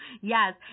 yes